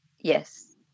yes